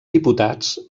diputats